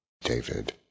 David